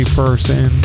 person